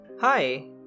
Hi